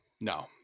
no